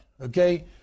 Okay